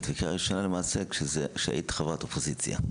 וקריאה ראשונה למעשה כשהיית חברת אופוזיציה.